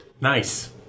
Nice